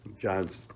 john's